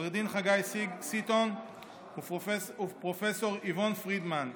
עו"ד חגי סיטון ופרופ' איוון פרידמן.